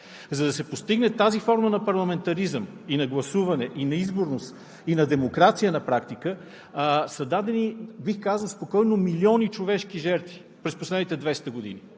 За да се постигне тази форма на парламентаризъм, на гласуване, на изборност и на демокрация, са дадени, бих казал спокойно, милиони човешки жертви през последните 200 години.